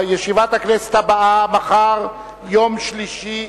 ישיבת הכנסת הבאה, מחר, יום שלישי,